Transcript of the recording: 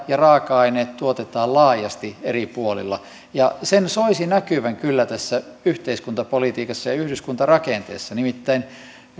ja raaka aineet tuotetaan laajasti eri puolilla ja sen soisi näkyvän kyllä tässä yhteiskuntapolitiikassa ja yhdyskuntarakenteessa nimittäin